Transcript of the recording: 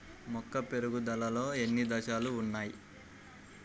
మొక్క పెరుగుదలలో ఎన్ని దశలు వున్నాయి?